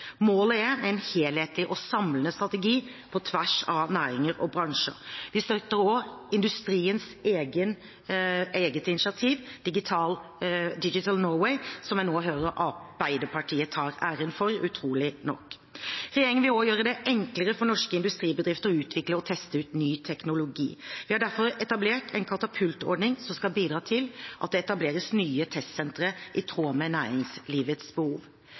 Målet er en helhetlig og samlende strategi på tvers av næringer og bransjer. Vi støtter også industriens eget initiativ, Digital Norway, som jeg nå hører at Arbeiderpartiet tar æren for – utrolig nok. Regjeringen vil også gjøre det enklere for norske industribedrifter å utvikle og teste ut ny teknologi. Vi har derfor etablert en katapultordning som skal bidra til at det etableres nye testsentre i tråd med næringslivets behov.